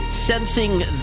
Sensing